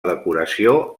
decoració